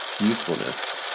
usefulness